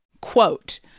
Quote